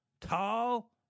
tall